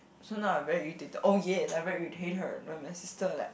so now I'm very irritated oh yea I'm very irritated when my sister like